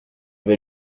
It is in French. vais